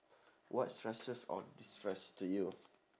what stresses or destress to you